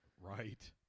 Right